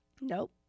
Nope